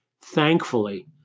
Thankfully